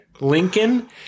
lincoln